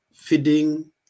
feeding